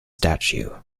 statue